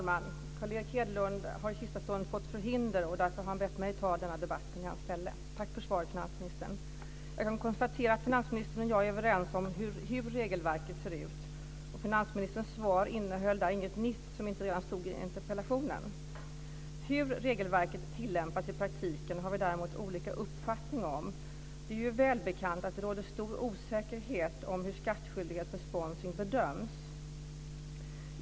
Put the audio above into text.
Herr talman! Carl Erik Hedlund har i sista stund fått förhinder. Därför har han bett mig att ta den här debatten i hans ställe. Tack för svaret, finansministern. Jag konstaterar att finansministern och jag är överens om hur regelverket ser ut. Finansministerns svar innehöll där inget nytt som inte stod i interpellationen. Hur regelverket tillämpas i praktiken har vi däremot olika uppfattning om. Det är välbekant att det råder stor osäkerhet om hur skattskyldighet för sponsring bedöms.